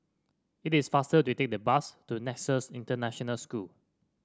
it is faster to take the bus to Nexus International School